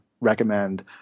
recommend